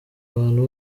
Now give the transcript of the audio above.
abantu